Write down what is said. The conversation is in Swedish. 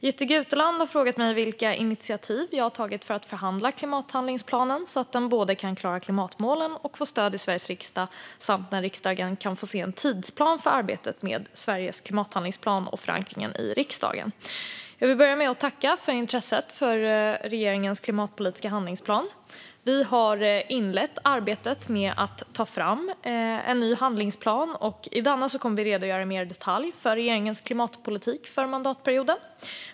Jytte Guteland har frågat mig vilka initiativ jag har tagit för att förhandla klimathandlingsplanen så att den både kan klara klimatmålen och kan få stöd i Sveriges riksdag samt när riksdagen kan få se en tidsplan för arbetet med Sveriges klimathandlingsplan och förankringen i riksdagen. Jag vill börja med att tacka för intresset för regeringens klimatpolitiska handlingsplan. Vi har inlett arbetet med att ta fram en ny handlingsplan, och i denna kommer vi att redogöra mer i detalj för regeringens klimatpolitik för mandatperioden.